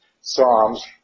psalms